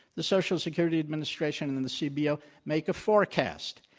the social security administration and the cbo make a forecast.